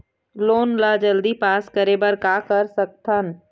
Loan ला जल्दी pass करे बर का कर सकथन?